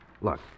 Look